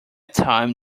time